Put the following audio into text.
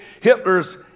Hitler's